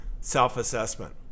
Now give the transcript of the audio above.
self-assessment